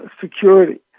Security